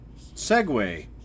Segway